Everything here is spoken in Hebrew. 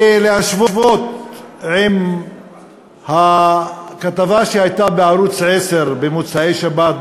ולהשוות עם הכתבה שהייתה בערוץ 10 במוצאי-שבת,